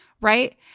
Right